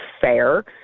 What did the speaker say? fair